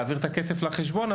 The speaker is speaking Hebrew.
להעביר את הכסף לחשבון,